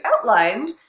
outlined